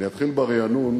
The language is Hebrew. אני אתחיל ברענון,